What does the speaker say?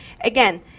Again